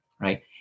right